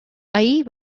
ahir